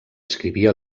escrivia